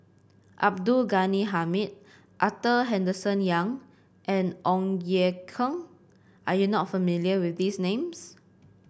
Abdul Ghani Hamid Arthur Henderson Young and Ong Ye Kung are you not familiar with these names